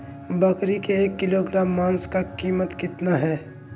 बकरी के एक किलोग्राम मांस का कीमत कितना है?